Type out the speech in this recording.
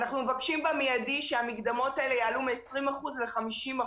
אנחנו מבקשים במיידי שהמקדמות האלה יעלה מ-20% ל-50%.